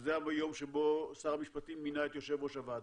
שזה היום שבו שר המשפטים מינה את יושב ראש הוועדה.